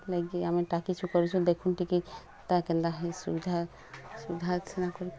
ନାଇଁ କି ଆମେ ଡାକିଛୁ କରିଛୁ ଦେଖୁନ୍ ଟିକେ ତାହା କେନ୍ତା ହେଲେ ସୁବିଧା ସୁବିଧା ସେନ କରୁ